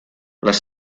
les